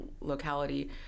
locality